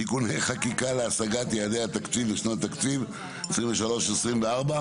תיקוני חקיקה להשגת יעדי התקציב לשנות התקציב 2023 ו-2024,